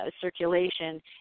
circulation